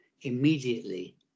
immediately